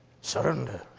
Surrender